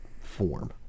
form